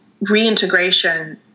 reintegration